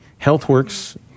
HealthWorks